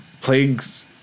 Plague's